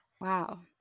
Wow